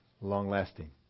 long-lasting